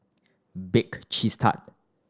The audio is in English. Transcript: Bake Cheese Tart